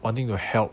wanting to help them